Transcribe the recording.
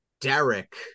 Derek